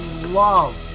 love